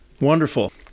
Wonderful